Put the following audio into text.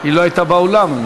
היא לא הייתה באולם.